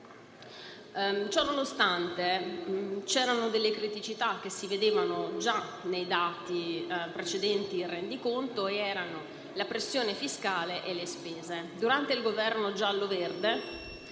Ciononostante, c'erano delle criticità che si vedevano già nei dati precedenti il rendiconto ed erano rappresentate dalla pressione fiscale e dalle spese. Durante il governo giallo-verde,